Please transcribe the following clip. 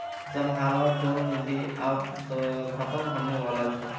सबहारो चल निधि आब ख़तम होने बला छोक